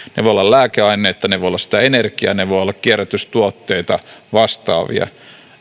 voivat olla lääkeaineita ne voivat olla sitä energiaa ne voivat olla kierrätystuotteita vastaavia